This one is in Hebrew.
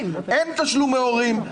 אין תשלומי הורים,